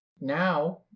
Now